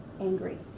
angry